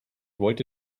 wollte